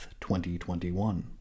2021